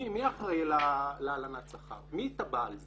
מי אחראי להלנת שכר, מי תבע על זה?